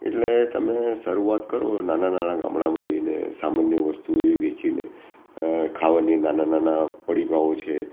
એટલે તમે શરૂઆત કરો નાના નાના ગામડામાં જઈને સામાન્ય વસ્તુ એવી વેચીને ખાવાની નાના નાના પડીકાઓ છે